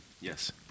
Yes